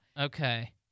Okay